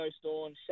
Storm